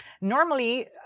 Normally